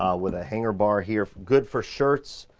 ah with a hanger bar here. good for shirts,